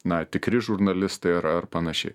na tikri žurnalistai ar ar panašiai